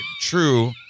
True